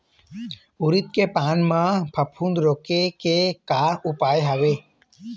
उरीद के पान म फफूंद रोके के का उपाय आहे?